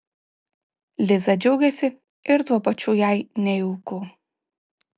liza džiaugiasi ir tuo pačiu jai nejauku